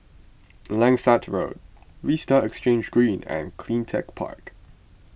Langsat Road Vista Exhange Green and CleanTech Park